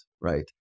right